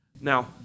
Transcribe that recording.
now